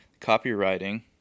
copywriting